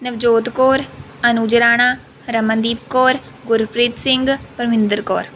Navjot Kaur Anuj Rana Ramandeep Kaur Gurpreet Singh Parminder Kaur